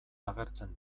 agertzen